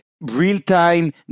real-time